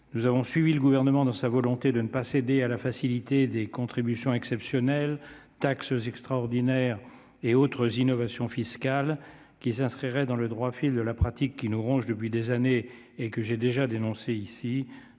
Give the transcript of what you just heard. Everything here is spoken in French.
Nous avons suivi le Gouvernement dans sa volonté de ne pas céder à la facilité des contributions exceptionnelles, taxes extraordinaires et autres innovations fiscales, qui s'inscriraient dans le droit fil de la pratique qui nous ronge depuis des années et que j'ai déjà dénoncée ici